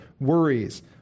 worries